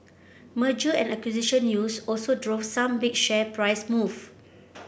merger and acquisition news also drove some big share price moves